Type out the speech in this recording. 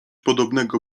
podobnego